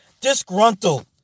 Disgruntled